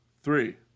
three